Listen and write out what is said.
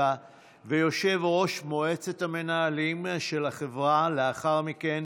וכיושב-ראש מועצת המנהלים של החברה לאחר מכן,